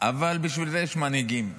אבל בשביל זה יש מנהיגים.